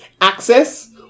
Access